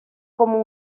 como